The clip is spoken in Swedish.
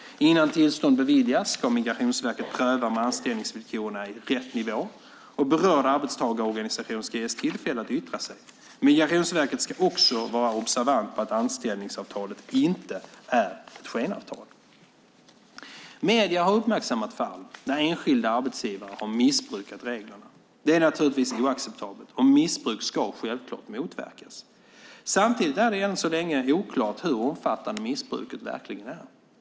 Innan tillstånd beviljas ska Migrationsverket pröva om anställningsvillkoren är i rätt nivå, och berörd arbetstagarorganisation ska ges tillfälle att yttra sig. Migrationsverket ska också vara observant på att anställningsavtalet inte är ett skenavtal. Medierna har uppmärksammat fall där enskilda arbetsgivare har missbrukat reglerna. Det är naturligtvis oacceptabelt, och missbruk ska självklart motverkas. Samtidigt är det än så länge oklart hur omfattande missbruket verkligen är.